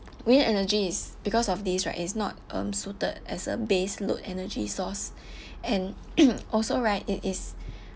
wind energy is because of this right it's not um suited as a base load energy source and also right it is